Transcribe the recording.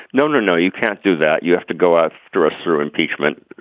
no no no you can't do that. you have to go after us through impeachment.